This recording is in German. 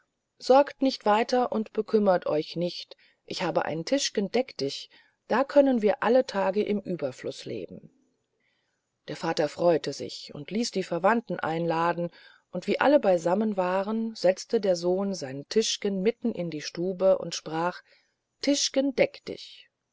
sorgt nicht weiter und bekümmert euch nicht ich habe ein tischgen deck dich da können wir alle tage im ueberfluß leben der vater freute sich und ließ die verwandten einladen und wie alle beisammen waren setzte der sohn sein tischgen mitten in die stube und sprach tischgen deck dich